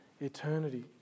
eternity